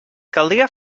caldria